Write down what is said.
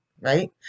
right